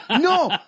no